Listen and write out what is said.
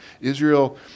Israel